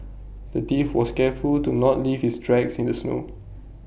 the thief was careful to not leave his tracks in the snow